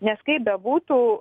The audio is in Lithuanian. nes kaip bebūtų